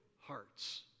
hearts